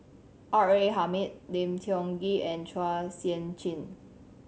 R A Hamid Lim Tiong Ghee and Chua Sian Chin